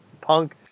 Punk